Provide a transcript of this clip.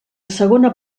segona